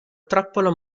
trappola